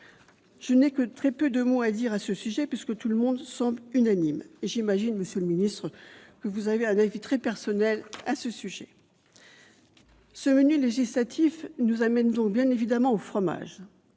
Je n'ai que très peu de mots à dire à ce sujet puisque tout le monde semble unanime et j'imagine, monsieur le ministre, que vous avez un avis très personnel sur ce sujet. Ce menu législatif nous amène bien évidemment au fromage